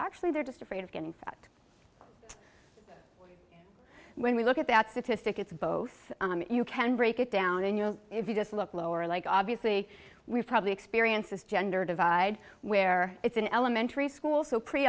actually they're just afraid of getting fat when we look at that statistic it's both you can break it down and if you just look lower like obviously we've probably experienced this gender divide where it's an elementary school so